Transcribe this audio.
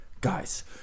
guys